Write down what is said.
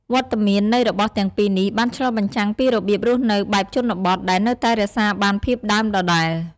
វត្តមាននៃរបស់ទាំងពីរនេះបានឆ្លុះបញ្ចាំងពីរបៀបរស់នៅបែបជនបទដែលនៅតែរក្សាបានភាពដើមដដែល។